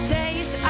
days